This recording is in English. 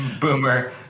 Boomer